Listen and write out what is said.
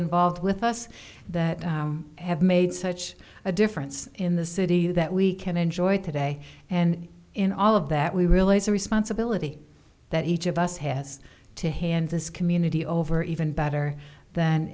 involved with us that have made such a difference in the city that we can enjoy today and in all of that we realize the responsibility that each of us has to hand this community over even better th